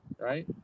right